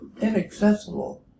inaccessible